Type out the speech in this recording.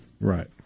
Right